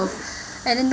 and then